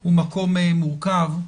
הוא מקום מורכב.